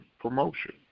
promotion